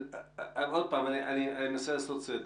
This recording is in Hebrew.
אני מנסה לעשות סדר.